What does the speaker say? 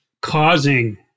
causing